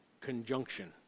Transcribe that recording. conjunction